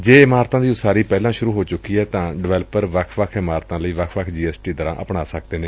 ਜੇ ਇਮਾਰਤਾਂ ਦੀ ਉਸਾਰੀ ਪਹਿਲਾਂ ਸੁਰੂ ਹੋ ਚੁੱਕੀ ਏ ਤਾਂ ਡਿਵੈਲਪਰ ਵੱਖ ਵੱਖ ਇਮਾਰਤਾਂ ਲਈ ਵੱਖ ਵੱਖ ਜੀ ਐਸ ਟੀ ਦਰਾਂ ਆਪਣਾ ਸਕਦੇ ਨੇ